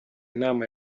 inama